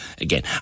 again